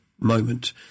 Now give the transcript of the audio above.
moment